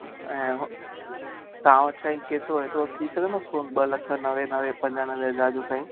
ऐं तव्हां वटि साईं केतिरो एतिरो थी सघंदो सोन ॿ लख नवे नवे पंजानवे हज़ार जो साईं